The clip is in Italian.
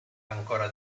ancora